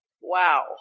wow